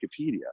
Wikipedia